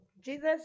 Jesus